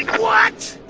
what?